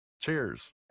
Cheers